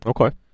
Okay